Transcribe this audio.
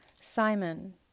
Simon